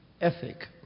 ethic